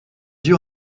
yeux